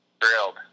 Grilled